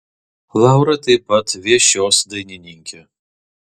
laura taip pat viešios dainininkė